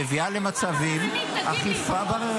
מביאה למצבים -- איזה אכיפה בררנית?